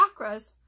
chakras